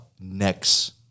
next